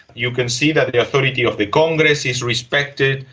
you can see that the authority of the congress is respected,